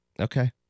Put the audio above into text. Okay